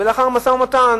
ולאחר משא-ומתן